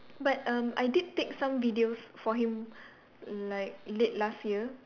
but erm I did take some videos for him like late last year